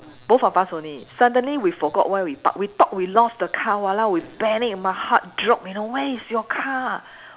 both of us only suddenly we forgot where we park we thought we lost the car !walao! we panic my heart drop you know where is your car